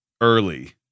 early